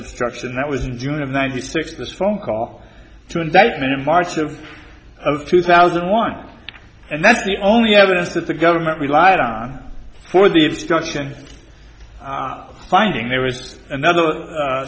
abduction that was in june of ninety six this phone call to indictment in march of two thousand want and that's the only evidence that the government relied on for the gumption finding there was another